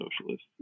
socialist